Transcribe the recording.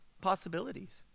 possibilities